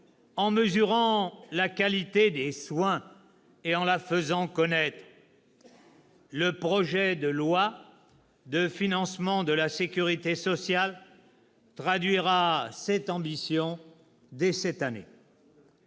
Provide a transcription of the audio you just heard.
en mesurant la qualité des soins et en la faisant connaître. Le projet de loi de financement de la sécurité sociale traduira cette ambition dès cette année.